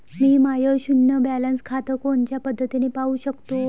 मी my शुन्य balance खातं कोनच्या पद्धतीनं पाहू शकतो?